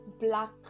black